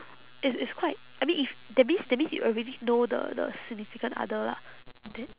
it's it's quite I mean if that means that means you already know the the significant other lah then